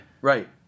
Right